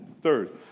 Third